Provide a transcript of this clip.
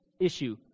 issue